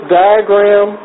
diagram